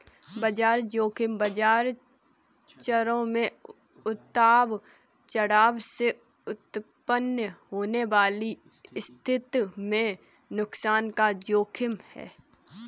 बाजार ज़ोखिम बाजार चरों में उतार चढ़ाव से उत्पन्न होने वाली स्थिति में नुकसान का जोखिम है